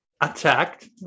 attacked